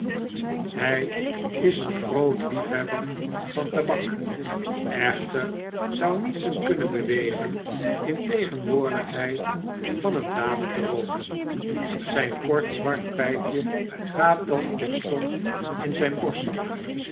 hij is een groot liefhebber van tabak echter zou niets hem kunnen bewegen in tegenwoordigheid van een dame te rooken zyn kort zwart pypje gaat dan terstond in zyn borstzak